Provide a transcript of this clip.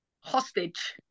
Hostage